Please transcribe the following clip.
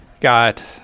Got